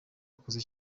akoze